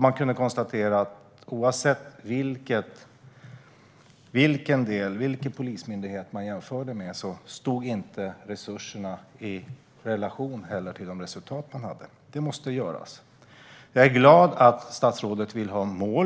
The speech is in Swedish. Man kunde konstatera att oavsett vilken polismyndighet man jämförde med stod inte resurserna i relation till resultaten. Jag är glad att statsrådet vill ha